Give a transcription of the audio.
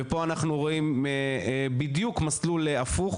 ופה אנחנו רואים בדיוק מסלול הפוך,